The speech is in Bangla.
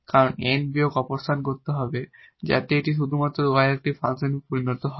কারণ N বিয়োগ অপসারণ করতে হবে যাতে এটি শুধুমাত্র y এর একটি ফাংশনে পরিণত হয়